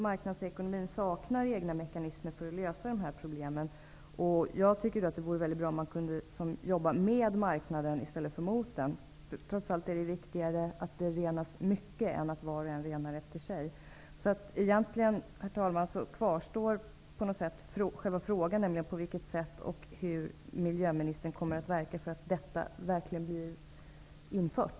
Marknadsekonomin saknar ju egna mekanismer för att lösa dessa problem. Det vore bra om man då kunde jobba med marknaden, i stället för mot den. Det är trots allt viktigare att det renas mycket än att var och en renar efter sig. Egentligen, herr talman, kvarstår på något sätt själva frågan, nämligen på vilket sätt och hur miljöministern kommer att verka för att detta verkligen blir infört.